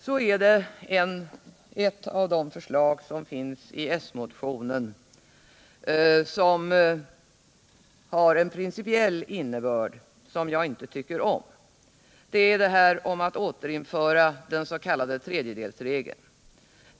Det är ett förslag i s-motionen som har en principiell innebörd som jag inte tycker om, förslaget att återinföra den s.k. tredjedelsregeln.